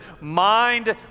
mind